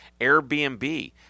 Airbnb